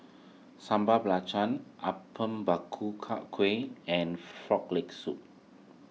Sambal Belacan Apom and Frog Leg Soup